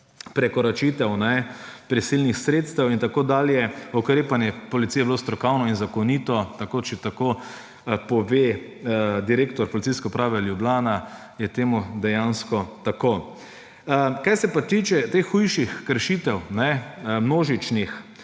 prekoračitev prisilnih sredstev in tako dalje. Ukrepanje policije je bilo strokovno in zakonito, če tako pove direktor Policijske uprave Ljubljana, je temu dejansko tako. Kar se pa tiče teh hujših kršitev, množičnih.